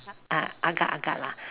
uh agar agar lah